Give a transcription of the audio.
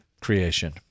creation